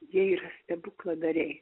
jie yra stebukladariai